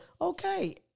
okay